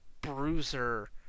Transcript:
bruiser